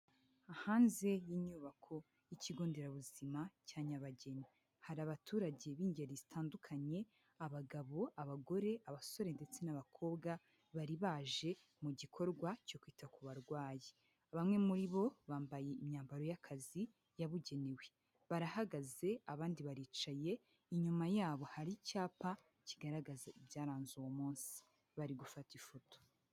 Hanze y'inyubako y'ikigo nderabuzima cya Nyabageni, hari abaturage b'ingeri zitandukanye abagabo, abagore, abasore ndetse n'abakobwa bari baje mu gikorwa cyo kwita ku barwayi, bamwe muri bo bambaye imyambaro y'akazi yabugenewe barahagaze abandi baricaye, inyuma yabo hari icyapa kigaragaza ibyaranze uwo munsi bari gufata ifoto.